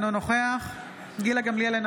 אינו נוכח גילה גמליאל,